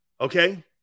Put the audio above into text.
Okay